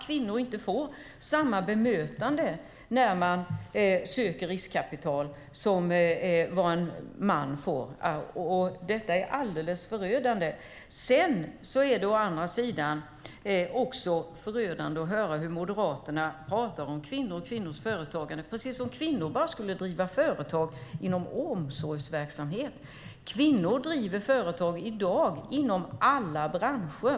Kvinnor får inte samma bemötande när de söker riskkapital som en man får. Detta är alldeles förödande. Det är å andra sidan också förödande att höra hur Moderaterna pratar om kvinnor och kvinnors företagande som om kvinnor bara skulle driva företag inom omsorgsverksamhet. Kvinnor driver i dag företag inom alla branscher.